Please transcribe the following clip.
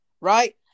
right